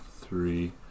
three